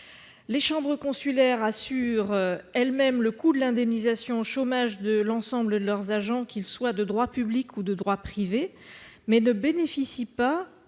Les chambres consulaires assurent elles-mêmes le coût de l'indemnisation chômage de l'ensemble de leurs agents, qu'ils relèvent du droit public ou du droit privé, mais elles ne bénéficieront pas